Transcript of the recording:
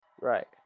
Right